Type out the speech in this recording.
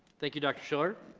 thank you, dr. shiller.